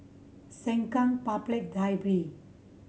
Sengkang Public Library